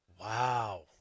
Wow